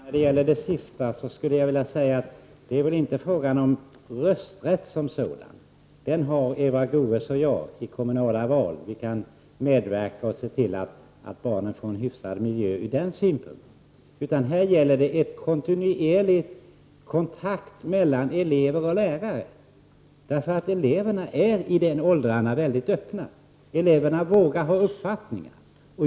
Herr talman! När det gäller det sistnämnda vill jag säga att det inte bara är fråga om rösträtt som sådan. Den har Eva Goés och jag i de kommunala valen. Vi kan på den vägen medverka och se till att barnen får en hyfsad miljö. Här gäller det en kontinuerlig kontakt mellan elever och lärare. Elever i dessa åldrar är väldigt öppna och vågar ha uppfattningar.